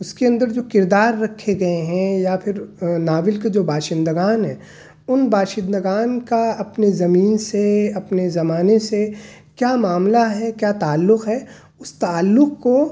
اس کے اندر جو کردار رکھے گئے ہیں یا پھر ناول کے جو باشندگان ہیں ان باشندگان کا اپنے زمین سے اپنے زمانے سے کیا معاملہ ہے کیا تعلّق ہے اس تعلّق کو